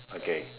okay